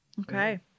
Okay